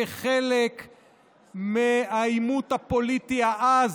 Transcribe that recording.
כחלק מהעימות הפוליטי העז,